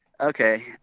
okay